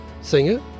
singer